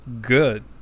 good